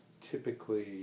typically